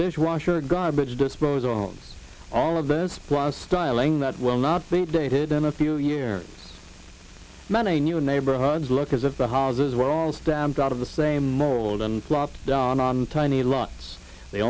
dishwasher garbage disposal on all of this price styling that will not be dated in a few years many new neighborhoods look as if the houses were all stamped out of the same mold and plopped down on tiny lots the